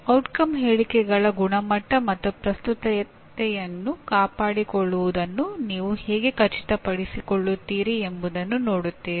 ಪರಿಣಾಮಗಳ ಹೇಳಿಕೆಗಳ ಗುಣಮಟ್ಟ ಮತ್ತು ಪ್ರಸ್ತುತತೆಯನ್ನು ಕಾಪಾಡಿಕೊಳ್ಳುವುದನ್ನು ನೀವು ಹೇಗೆ ಖಚಿತಪಡಿಸಿಕೊಳ್ಳುತ್ತೀರಿ ಎಂಬುದನ್ನು ನೋಡುತ್ತೇವೆ